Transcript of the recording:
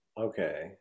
Okay